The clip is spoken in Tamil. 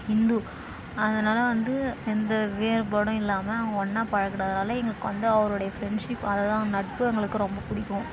ஹிந்து அதனால் வந்து எந்த வேறுபாடும் இல்லாமல் அவங்க ஒன்றா பழகினதுனால எங்களுக்கு வந்து அவருடைய ஃப்ரெண்ட்ஷிப் அதுதான் நட்பு எங்களுக்கு ரொம்ப பிடிக்கும்